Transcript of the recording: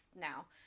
now